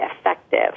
effective